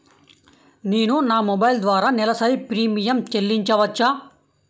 నేను నా మొబైల్ ద్వారా నెలవారీ ప్రీమియం చెల్లించవచ్చా?